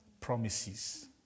promises